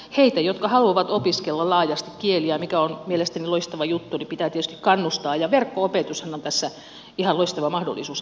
niitä jotka haluavat opiskella laajasti kieliä mikä on mielestäni loistava juttu pitää tietysti kannustaa ja verkko opetushan on tässä ihan loistava mahdollisuus